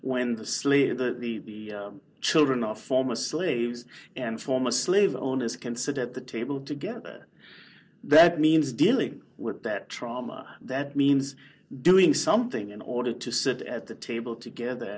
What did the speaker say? when the slave to the children of former slaves and former slave owners can sit at the table together that means dealing with that trauma that means doing something in order to sit at the table together